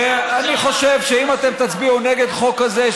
ואני חושב שאם אתם תצביעו נגד חוק כזה,